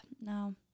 No